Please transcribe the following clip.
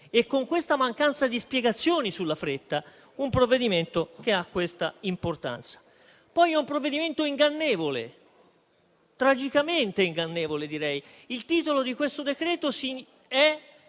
e con questa mancanza di spiegazioni sulla fretta, un provvedimento di tale importanza. Poi è un provvedimento ingannevole, tragicamente ingannevole. Il titolo di questo decreto è: